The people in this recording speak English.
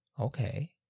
Okay